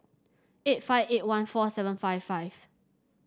eight five eight one four seven five five